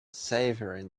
savouring